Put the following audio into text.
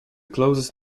closest